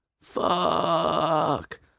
Fuck